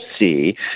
see